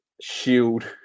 shield